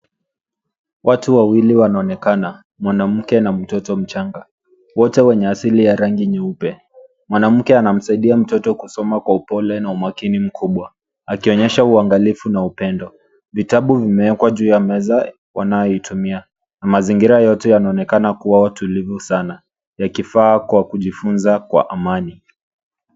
Watu wawili wanaonekana. Mwanamke na mtoto mchanga wote wenye asili ya rangi nyeupe. Mwanamke anamsaidia mtoto kusoma kwa upole na umakini mkubwa akionyesha uangalifu na upendo. Vitabu vimeekwa juu ya meza wanao itumia na mazingira yote yanaonekana kuwa tulivu sana yakifaa kwa kujifunza kwa amani.